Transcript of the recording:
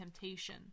temptation